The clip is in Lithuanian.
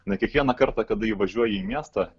na kiekvieną kartą kada įvažiuoji į miestą